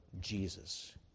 Jesus